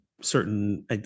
Certain